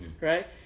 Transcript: right